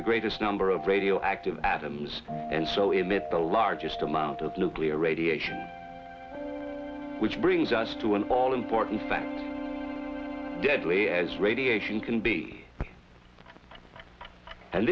the greatest number of radioactive atoms and so emit the largest amount of nuclear radiation which brings us to an all important fact deadly as radiation can be a